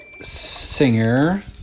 singer